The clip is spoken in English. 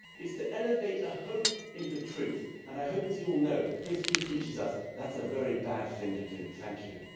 it's to elevate a hope into truth. and i hope, as you will note, history teaches us that's a very bad thing to do. thank you.